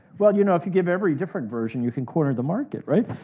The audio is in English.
well you know if you give every different version you can corner the market, right?